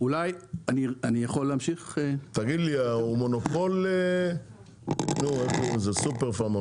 לי הוא מונופול סופר פארם?